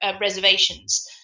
reservations